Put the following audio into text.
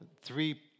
three